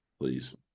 Please